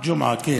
ג'ומעה, כן.